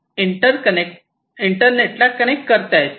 इंटरनेटला connect करता येतात